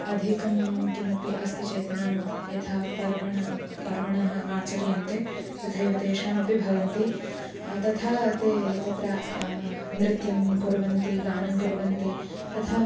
अधिकं किमपि अस्ति चेत् नाम यथा पर्वान् पर्वान् आचर्यन्ते तथैव तेषामपि भवन्ति तथा ते तत्र नृत्यं कुर्वन्ति गानं कुर्वन्ति तथा